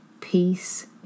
Peace